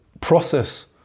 process